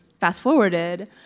fast-forwarded